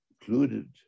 included